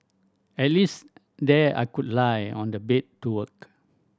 at least there I could lie on the bed to work